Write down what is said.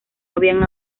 habían